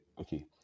okay